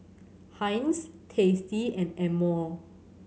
Heinz Tasty and Amore